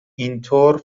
اینطور